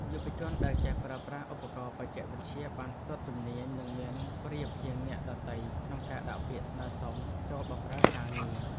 យុវជនដែលចេះប្រើប្រាស់ឧបករណ៍បច្ចេកវិទ្យាបានស្ទាត់ជំនាញនឹងមានប្រៀបជាងអ្នកដទៃក្នុងការដាក់ពាក្យស្នើសុំចូលបម្រើការងារ។